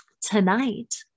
tonight